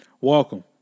Welcome